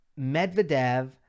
Medvedev